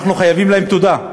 אנחנו חייבים להם תודה,